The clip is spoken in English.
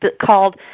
called